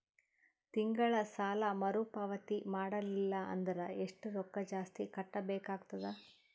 ತಿಂಗಳ ಸಾಲಾ ಮರು ಪಾವತಿ ಮಾಡಲಿಲ್ಲ ಅಂದರ ಎಷ್ಟ ರೊಕ್ಕ ಜಾಸ್ತಿ ಕಟ್ಟಬೇಕಾಗತದ?